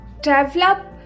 develop